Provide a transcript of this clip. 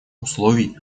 условий